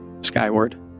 skyward